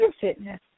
fitness